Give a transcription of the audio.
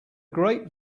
great